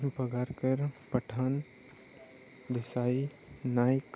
Pagarkar Pathan Desai Naik